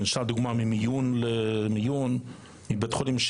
למשל, העברה ממיון למיון, מבית חולים לבית חולים.